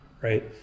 right